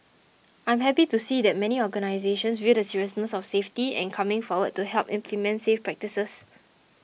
I am happy to see that many organisations view the seriousness of safety and coming forward to help implement safe practices